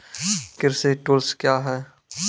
कृषि टुल्स क्या हैं?